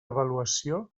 avaluació